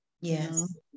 Yes